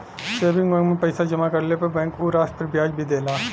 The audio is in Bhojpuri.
सेविंग बैंक में पैसा जमा करले पर बैंक उ राशि पर ब्याज भी देला